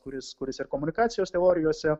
kuris kuris ir komunikacijos teorijose